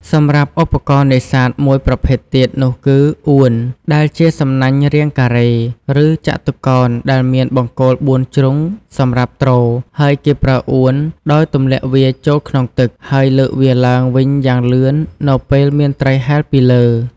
សម្រាប់់ឧបករណ៍នេសាទមួយប្រភេទទៀតនោះគឺ អួន ដែលជាសំណាញ់រាងការ៉េ ឬចតុកោណដែលមានបង្គោលបួនជ្រុងសម្រាប់ទ្រ ហើយគេប្រើ អួន ដោយទម្លាក់វាចូលក្នុងទឹក ហើយលើកវាឡើងវិញយ៉ាងលឿននៅពេលមានត្រីហែលពីលើ។